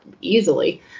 easily